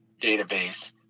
database